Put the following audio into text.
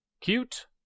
Cute